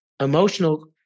emotional